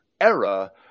era